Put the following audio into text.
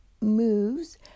moves